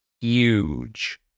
huge